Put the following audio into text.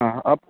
ആ